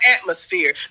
atmosphere